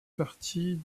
partie